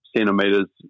centimeters